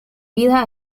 vida